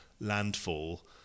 landfall